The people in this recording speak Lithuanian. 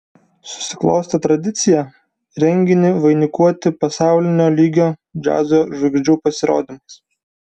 susiklostė tradicija renginį vainikuoti pasaulinio lygio džiazo žvaigždžių pasirodymais